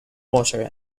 water